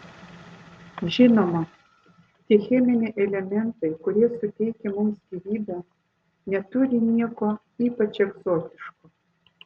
žinoma tie cheminiai elementai kurie suteikia mums gyvybę neturi nieko ypač egzotiško